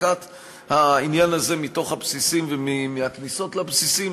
הרחקת העניין הזה מתוך הבסיסים ומהכניסות לבסיסים.